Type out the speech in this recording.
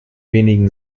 wenigen